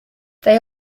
they